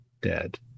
dead